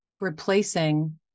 replacing